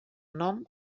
nom